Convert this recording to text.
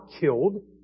killed